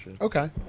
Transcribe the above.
Okay